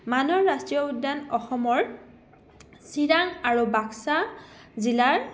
মানাহ ৰাষ্ট্ৰীয় উদ্যান অসমৰ চিৰাং আৰু বাক্সা জিলাৰ